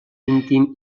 íntim